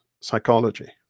psychology